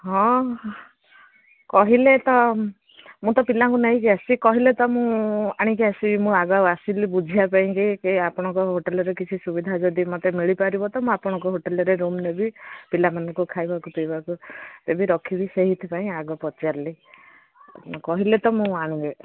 ହଁ କହିଲେ ତ ମୁଁ ତ ପିଲାଙ୍କୁ ନେଇକି ଆସି କହିଲେ ତ ମୁଁ ଆଣିକି ଆସିବି ମୁଁ ଆଗ ଆସିଲି ବୁଝିବା ପାଇଁକି ଆପଣଙ୍କ ହୋଟେଲରେ କିଛି ସୁବିଧା ଯଦି ମୋତେ ମିଳିପାରିବ ତ ମୁଁ ଆପଣଙ୍କ ହୋଟେଲରେ ରୁମ୍ ନେବି ପିଲାମାନଙ୍କୁ ଖାଇବାକୁ ପିଇବାକୁ ଏବେ ରଖିବି ସେଇଥିପାଇଁ ଆଗ ପଚାରିଲି କହିଲେ ତ ମୁଁ ଆଣିବି